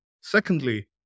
Secondly